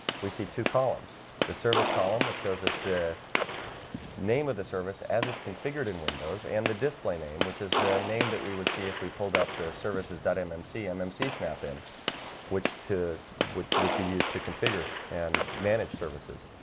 we see two columns the service column which shows us the name of the service as is configured in windows and the display name which is the name that we would see if we pulled up the service as but mmc and mmc snap-in which to which you use to configure and manage services